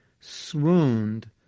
swooned